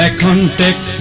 ah contact